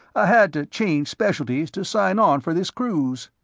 i had to change specialities to sign on for this cruise.